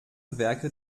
werke